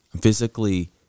physically